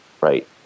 right